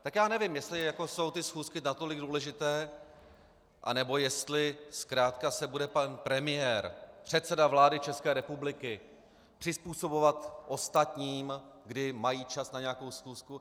Tak já nevím, jestli jsou ty schůzky natolik důležité, anebo jestli zkrátka se bude pan premiér, předseda vlády ČR, přizpůsobovat ostatním, kdy mají čas na nějakou schůzku.